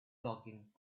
talking